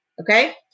okay